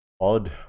Odd